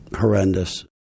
horrendous